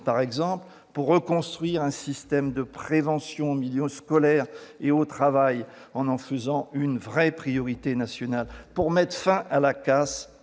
par exemple, pour reconstruire un système de prévention en milieu scolaire et au travail en en faisant une vraie priorité nationale et pour mettre fin à la casse